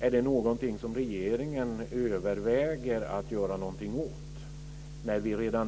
Överväger regeringen att göra någonting åt dem?